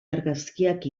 argazkiak